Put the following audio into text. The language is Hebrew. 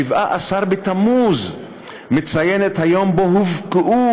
שבעה-עשר בתמוז מציין את היום שבו הובקעו